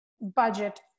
budget